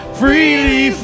freely